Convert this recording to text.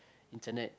internet